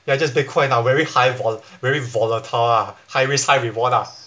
ya just bitcoin ah very high vol~ very volatile lah high risk high reward ah